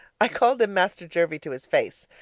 i called him master jervie to his face,